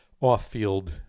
off-field